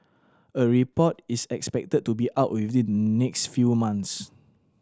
a report is expected to be out within next few months